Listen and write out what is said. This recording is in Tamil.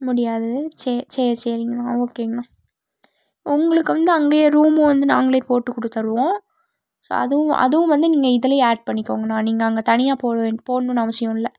முடியாது சரி சரி சரிங்கண்ணா ஓகேங்கண்ணா உங்களுக்கு வந்து அங்கேயே ரூமும் வந்து நாங்களே போட்டுக்கொடுத்தருவோம் ஸோ அதுவும் அதுவும் வந்து நீங்கள் இதுலேயே ஆட் பண்ணிக்கோங்கண்ணா நீங்கள் அங்கே தனியாக போ போகணுன்னு அவசியம் இல்லை